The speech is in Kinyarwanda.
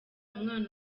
umwana